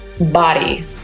body